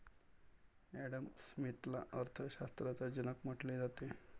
Adam स्मिथला अर्थ शास्त्राचा जनक म्हटले जाते